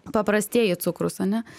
paprastieji cukrūs ane